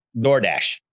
DoorDash